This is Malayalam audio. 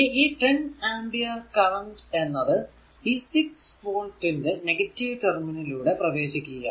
ഈ 10 ആമ്പിയർ കറന്റ് എന്നത് ഈ 6 വോൾട് ന്റെ നെഗറ്റീവ് ടെർമിനൽ കൂടെ പ്രവേശിക്കുകയാണ്